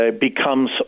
becomes